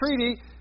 treaty